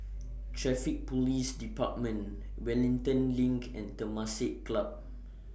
Traffic Police department Wellington LINK and Temasek Club